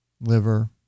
liver